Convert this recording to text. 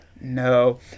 No